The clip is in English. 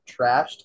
trashed